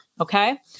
Okay